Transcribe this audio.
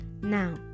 Now